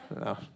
no